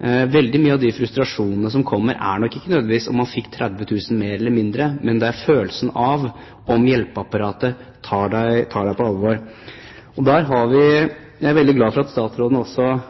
Veldig mange av de frustrasjonene som kommer, skyldes ikke nødvendigvis om man fikk 30 000 kr mer eller mindre, men det er følelsen av at hjelpeapparatet tar deg på alvor. Jeg er veldig glad for at statsråden,